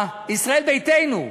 ישראל ביתנו,